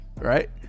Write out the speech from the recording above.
right